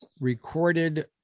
recorded